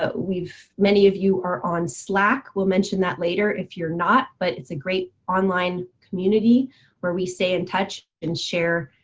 but many of you are on slack, we'll mention that later. if you're not, but it's a great online community where we stay in touch and share,